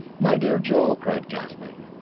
my dear joe, cried kathleen,